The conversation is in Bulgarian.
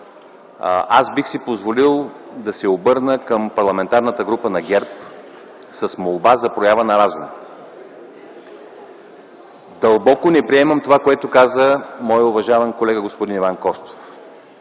аз бих си позволил да се обърна към Парламентарната група на ГЕРБ с молба за проява на разум. Дълбоко не приемам това, което каза моят уважаван колега господин Иван Костов.